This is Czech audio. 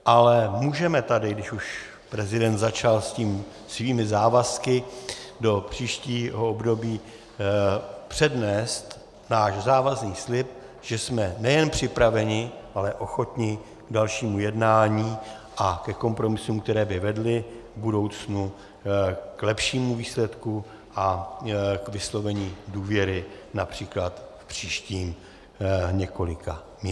Ale můžeme tady, když už prezident začal svými závazky do příštího období, přednést náš závazný slib, že jsme nejen připraveni, ale ochotni k dalšímu jednání a ke kompromisům, které by vedly v budoucnu k lepšímu výsledku a k vyslovení důvěry například v příštích několika měsících.